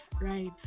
Right